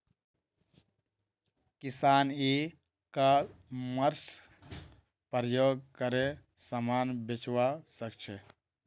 किसान e commerce प्रयोग करे समान बेचवा सकछे